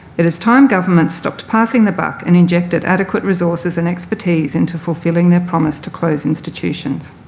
it is time government stopped passing the buck and injected adequate resources and expertise into fulfilling their promise to close institutions.